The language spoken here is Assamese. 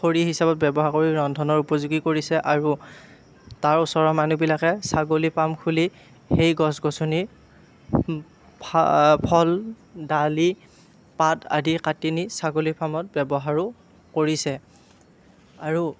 খৰি হিচাপত ব্যৱহাৰ কৰি ৰন্ধনৰ উপযোগী কৰিছে আৰু তাৰ ওচৰৰ মানুহবিলাকে ছাগলী পাম খুলি সেই গছ গছনি ফল ডালি পাত আদি কাটি নি ছাগলী ফাৰ্মত ব্যৱহাৰো কৰিছে আৰু